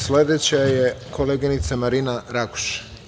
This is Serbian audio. Sledeća je koleginica Marina Raguš.